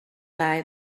lie